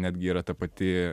netgi yra ta pati